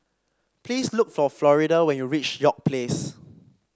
please look for Florida when you reach York Place